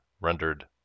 rendered